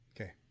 Okay